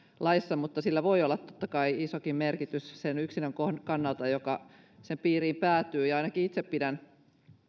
laissa koskeva mutta sillä voi olla totta kai isokin merkitys sen yksilön kannalta joka sen piiriin päätyy ja ainakin itse pidän